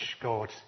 God